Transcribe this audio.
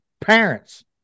parents